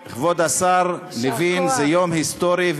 זה יום היסטורי.